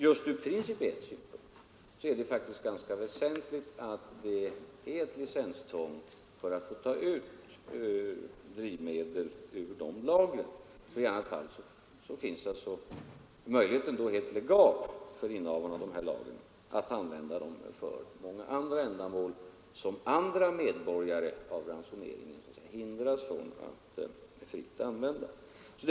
Just ur principiell synpunkt var det därför ganska väsentligt att det fanns ett licenstvång för att få ta ut drivmedel ur de lagren. I annat fall fanns möjlighet för innehavarna av dessa lager att helt legalt använda dem för ändamål som på grund av ransoneringen inte stod öppna för andra medborgare.